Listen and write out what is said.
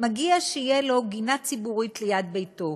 מגיע שתהיה גינה ציבורית ליד ביתו,